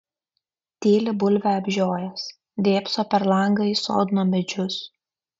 tyli bulvę apžiojęs dėbso per langą į sodno medžius